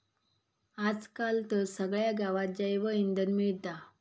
आज काल तर सगळ्या गावात जैवइंधन मिळता